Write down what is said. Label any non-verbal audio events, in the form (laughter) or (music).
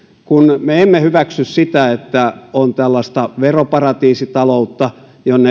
kun me emme hyväksy sitä että on tällaista veroparatiisita loutta jonne (unintelligible)